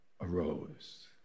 arose